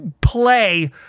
play